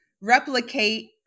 replicate